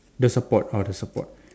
the support oh the support